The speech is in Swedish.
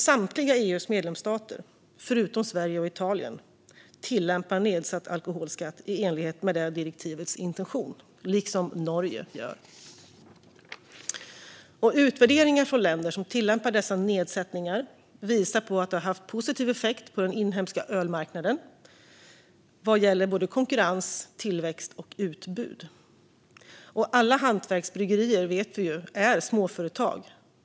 Samtliga EU:s medlemsstater, förutom Sverige och Italien, tillämpar nedsatt alkoholskatt i enlighet med direktivets intention, liksom Norge. Utvärderingar från länder som tillämpar dessa nedsättningar visar att det har haft en positiv effekt på den inhemska ölmarknaden vad gäller både konkurrens, tillväxt och utbud. Alla hantverksbryggerier är som vi vet småföretag.